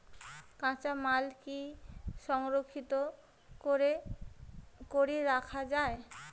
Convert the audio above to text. কাঁচামাল কি সংরক্ষিত করি রাখা যায়?